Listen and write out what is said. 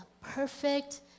perfect